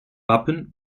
wappen